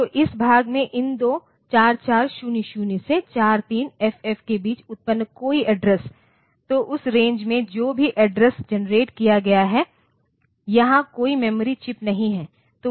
तो इस भाग में इन 2 4400 से 43FF के बीच उत्पन्न कोई एड्रेस तो उस रेंज में जो भी एड्रेस जनरेट किया गया है यहाँ कोई मेमोरी चिप नहीं है